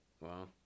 Wow